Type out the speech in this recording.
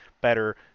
better